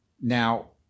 Now